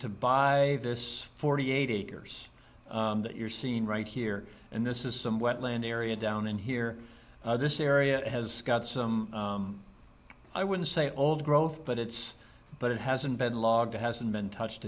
to buy this forty eight acres that you're seeing right here and this is some wetland area down in here this area has got some i wouldn't say old growth but it's but it hasn't been logged it hasn't been touched